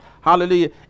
Hallelujah